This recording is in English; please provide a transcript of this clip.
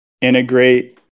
integrate